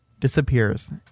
disappears